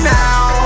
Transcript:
now